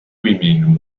women